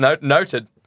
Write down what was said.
Noted